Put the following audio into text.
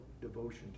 devotion